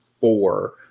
four